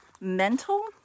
mental